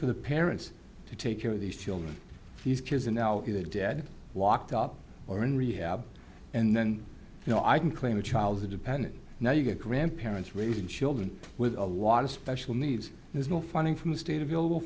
for the parents to take care of these children these kids are now either dead walked up or in rehab and then you know i can claim a child as a dependent now you get grandparents raising children with a lot of special needs there's no funding from the state available